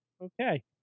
okay